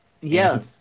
Yes